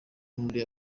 muri